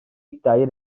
iddiayı